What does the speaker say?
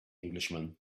englishman